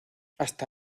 hasta